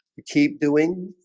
you keep doing